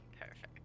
Perfect